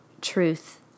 truth